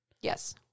Yes